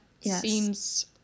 seems